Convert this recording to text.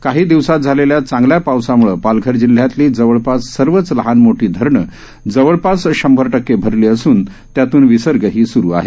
काही दिवसांत झालेल्या चांगल्या पावसामुळे पालघर जिल्ह्यातली जवळपास सर्वच लहानमोठी धरणं जवळपास शंभर टक्के भरली असून त्यातून विसर्गही सुरू आहे